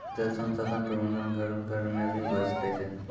जल संसाधन प्रबंधन घर घर मे भी हुवै सकै छै